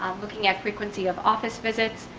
um looking at frequency of office visits,